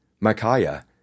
Micaiah